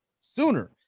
sooner